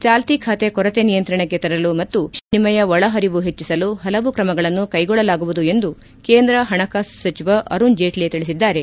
ಚಾಲ್ತಿ ಖಾತೆ ಕೊರತೆ ನಿಯಂತ್ರಣಕ್ಕೆ ತರಲು ಮತ್ತು ವಿದೇಶಿ ವಿನಿಮಯ ಒಳಹರಿವು ಹೆಚ್ಚಿಸಲು ಹಲವು ಕ್ರಮಗಳನ್ನು ಕೈಗೊಳ್ಳಲಾಗುವುದು ಎಂದು ಕೇಂದ್ರ ಹಣಕಾಸು ಸಚಿವ ಅರುಣ್ಜೇಟ್ಲ ತಿಳಿಸಿದ್ದಾರೆ